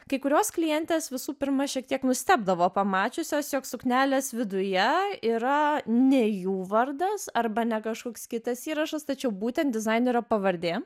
kai kurios klientės visų pirma šiek tiek nustebdavo pamačiusios jog suknelės viduje yra ne jų vardas arba ne kažkoks kitas įrašas tačiau būtent dizainerio pavardė